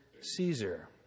Caesar